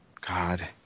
God